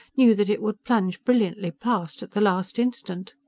knew that it would plunge brilliantly past at the last instant